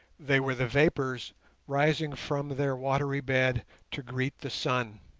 they were the vapours rising from their watery bed to greet the sun.